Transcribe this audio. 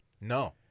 No